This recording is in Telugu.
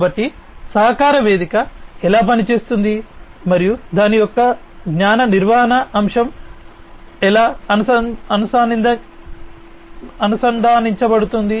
కాబట్టి సహకార వేదిక ఎలా పనిచేస్తుంది మరియు దాని యొక్క జ్ఞాన నిర్వహణ అంశంతో ఎలా అనుసంధానించబడి ఉంటుంది